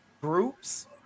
groups